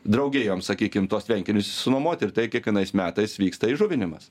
draugijoms sakykim tuos tvenkinius išsinuomoti ir tai kiekvienais metais vyksta įžuvinimas